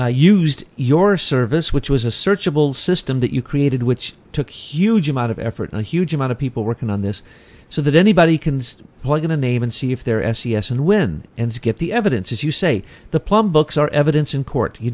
used your service which was a searchable system that you created which took huge amount of effort and a huge amount of people working on this so that anybody can plug in a name and see if they're s e s and when and get the evidence as you say the plum books are evidence in court you